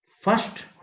first